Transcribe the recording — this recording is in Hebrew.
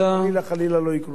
שחלילה חלילה לא יקרו עוד.